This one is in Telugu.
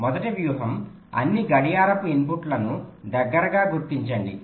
మొదటి వ్యూహం అన్ని గడియారపు ఇన్పుట్లను దగ్గరగా గుర్తించండి